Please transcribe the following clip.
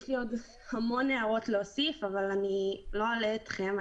יש לי עוד המון הערות להוסיף אבל אני לא אלאה אתכם.